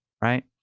right